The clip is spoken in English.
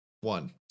one